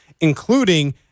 including